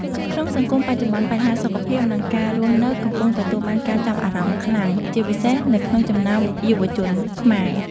ក្នុងសង្គមបច្ចុប្បន្ន បញ្ហាសុខភាព និងការរស់នៅកំពុងទទួលបានការចាប់អារម្មណ៍ខ្លាំង ជាពិសេសនៅក្នុងចំណោមយុវជនខ្មែរ។